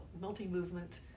multi-movement